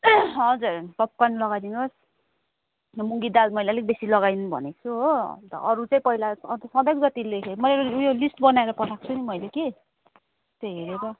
हजुर पपकर्न लगाइदिनुहोस् मुङ्गी दाल मैले अलिकति बेसी लगाइदिनुहोस् भनेको छु हो अरू चाहिँ पहिला अन्त सधैँको जति लेखे मैले उयो लिस्ट बनाएर पठाएको छु नि मैले कि त्यो हेरेर